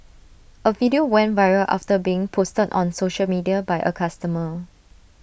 A video went viral after being posted on social media by A customer